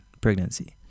pregnancy